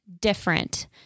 different